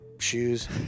Shoes